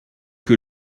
que